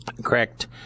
correct